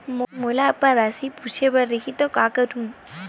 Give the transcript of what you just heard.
मोला अपन राशि ल पूछे बर रही त का करहूं?